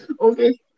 Okay